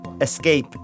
escape